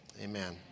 amen